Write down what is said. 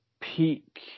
peak